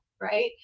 right